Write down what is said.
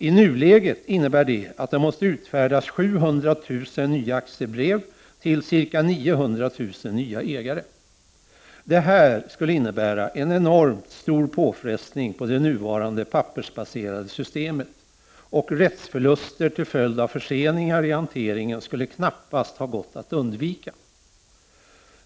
I nuläget innebär det att det måste utfärdas 700 000 nya aktiebrev till ca 900 000 nya ägare. Det här skulle innebära en enormt stor påfrestning på det nuvarande pappersbaserade systemet, och rättsförluster till följd av förseningar i hanteringen skulle knappast ha gått att undvika.